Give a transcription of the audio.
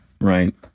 right